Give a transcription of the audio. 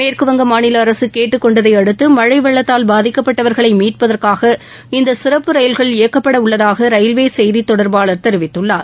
மேற்குவங்க மாநில அரசு கேட்டுக்கொண்டதை அடுத்து மழை வெள்ளத்தால் பாதிக்கப்பட்டவர்களை மீட்பதற்காக இந்த சிறப்பு ரயில்கள் இயக்கப்பட உள்ளதாக ரயில்வே செய்தித்தொடர்பாளர் தெரிவித்துள்ளார்